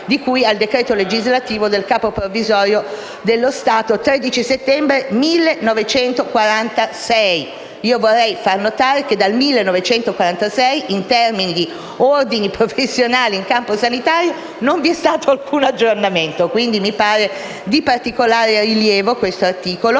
di cui al decreto legislativo del Capo provvisorio dello Stato del 13 settembre 1946, n. 233. Vorrei fare notare che dal 1946 in termini di ordini professionali in campo sanitario non vi è stato alcun aggiornamento. Quindi, questo articolo mi pare di particolare